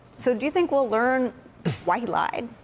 so do you think we'll learn why he lied?